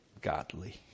godly